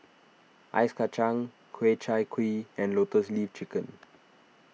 Ice Kachang Ku Chai Kuih and Lotus Leaf Chicken